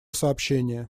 сообщения